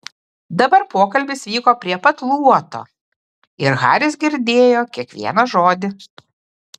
dabar pokalbis vyko prie pat luoto ir haris girdėjo kiekvieną žodį